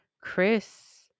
chris